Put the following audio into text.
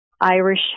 Irish